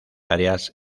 áreas